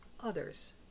others